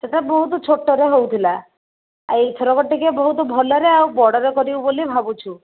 ସେଇଟା ବହୁତ ଛୋଟରେ ହେଉଥିଲା ଏଥର ଟିକେ ବହୁତ ଭଲରେ ଆଉ ବଡ଼ରେ କରିବୁ ବୋଲି ଭାବୁଛୁ